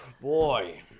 boy